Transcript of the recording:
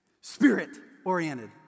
spirit-oriented